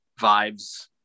vibes